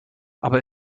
aber